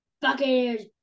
Buccaneers